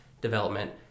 development